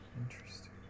interesting